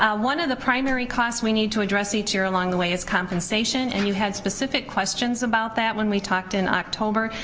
ah one of the primary costs we need to address each year, along the way, is compensation and you had specific questions about that when we talked in october.